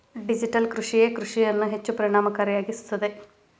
digital ಕೃಷಿಯೇ ಕೃಷಿಯನ್ನು ಹೆಚ್ಚು ಪರಿಣಾಮಕಾರಿಯಾಗಿಸುತ್ತದೆ